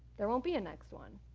there won't be a next one